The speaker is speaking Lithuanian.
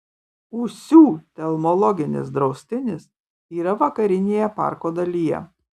ūsių telmologinis draustinis yra vakarinėje parko dalyje